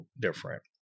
different